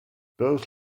both